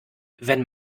wenn